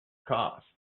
cost